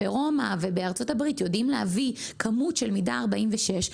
ברומא ובארצות הברית יודעים להביא כמות של מידה 46,